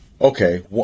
Okay